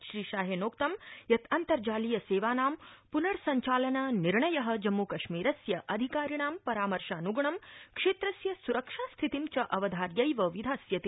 श्रीशोहेनोक्तं यत् अन्तर्जालीय सेवानां प्नर्सञ्चालन निर्णय जम्मूकश्मीरस्य अधिकारिणां परामर्शान्ग्णं क्षेत्रस्य स्रक्षा स्थितिं च अवधार्मैव विधास्यते